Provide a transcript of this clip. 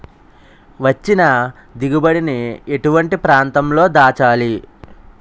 వచ్చిన దిగుబడి ని ఎటువంటి ప్రాంతం లో దాచాలి?